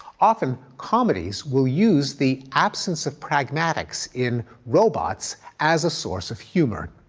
often comedies will use the absence of pragmatics in robots as a source of humor.